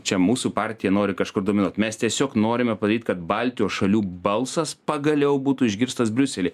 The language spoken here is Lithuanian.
čia mūsų partija nori kažkur dominuoti mes tiesiog norime padaryt kad baltijos šalių balsas pagaliau būtų išgirstas briusely